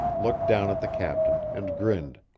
looked down at the captain, and grinned.